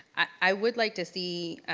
i would like to see